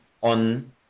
on